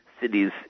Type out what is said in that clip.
cities